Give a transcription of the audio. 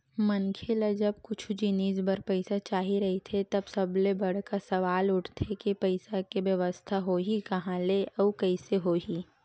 मनखे ल जब कुछु जिनिस बर पइसा चाही रहिथे त सबले बड़का सवाल उठथे के पइसा के बेवस्था होही काँहा ले अउ कइसे होही